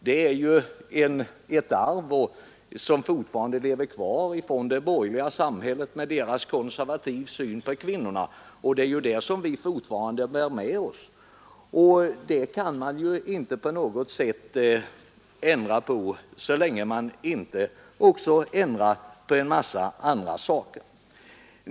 Det är ju ett arv som lever kvar från det borgerliga samhället med dess konservativa syn på kvinnorna. Det arvet bär vi fortfarande med oss, och det kan man inte på något sätt ändra på så länge man inte också ändrar på en massa andra saker.